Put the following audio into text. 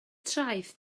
traeth